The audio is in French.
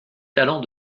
talent